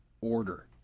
order